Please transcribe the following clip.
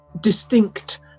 distinct